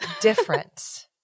different